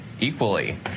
equally